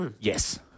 Yes